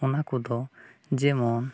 ᱚᱱᱟ ᱠᱚᱫᱚ ᱡᱮᱢᱚᱱ